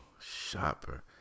shopper